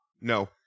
no